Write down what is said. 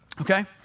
Okay